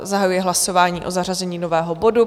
Zahajuji hlasování o zařazení nového bodu.